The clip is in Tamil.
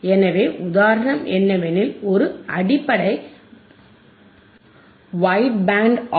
எனவே உதாரணம் என்னவெனில் ஒரு அடிப்படை வைடு பேண்ட் ஆர்